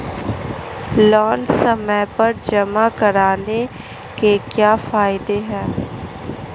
Loan समय पर जमा कराने के क्या फायदे हैं?